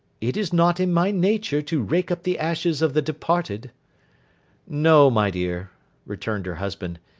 it is not in my nature to rake up the ashes of the departed no, my dear returned her husband.